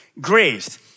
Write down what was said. Grace